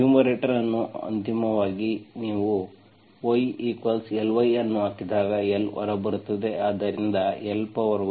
numerator ಅಂತಿಮವಾಗಿ ನೀವು yly ಅನ್ನು ಹಾಕಿದಾಗ L ಹೊರಬರುತ್ತದೆ ಆದ್ದರಿಂದ l1